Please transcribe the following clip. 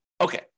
Okay